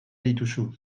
dituzu